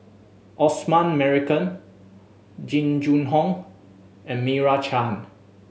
Osman Merican Jing Jun Hong and Meira Chand